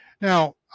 Now